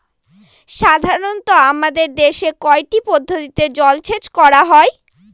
সাধারনত আমাদের দেশে কয়টি পদ্ধতিতে জলসেচ করা হয়?